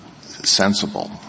sensible